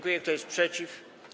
Kto jest przeciw?